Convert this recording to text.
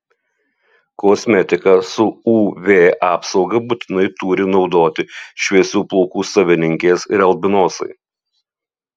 kosmetiką su uv apsauga būtinai turi naudoti šviesių plaukų savininkės ir albinosai